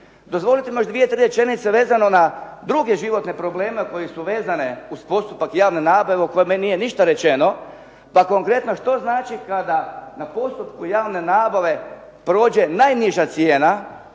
Dozvolite mi još dvije, tri rečenice vezano na druge životne probleme koji su vezani uz postupak javne nabave o kojemu nije ništa rečeno. Pa konkretno, što znači kada na postupku javne nabave prođe najniža cijena